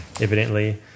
evidently